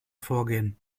vorgehen